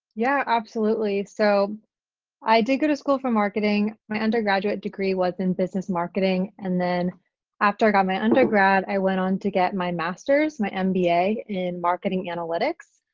yeah, absolutely. so i did go to school for marketing. my undergraduate degree was in business marketing and then after i got my undergrad, i went on to get my master's, my mba in marketing analytics.